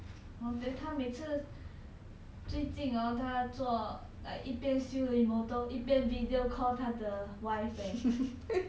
oh then 他每次最近 hor 他做 like 一边修理 motor 一边 video call 他的 wife leh